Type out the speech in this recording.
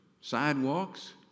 sidewalks